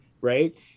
right